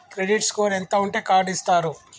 Credit score ఎంత ఉంటే card ఇస్తారు?